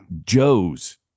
Joe's